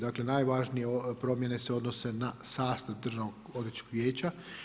Dakle, najvažnije promjene se odnose na sastav Državno-odvjetničkog vijeća.